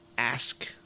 ask